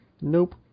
Nope